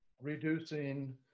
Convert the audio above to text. reducing